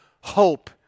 hope